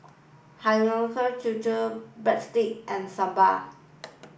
Hiyashi Chuka Breadsticks and Sambar